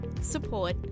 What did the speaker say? support